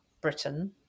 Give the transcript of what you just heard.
Britain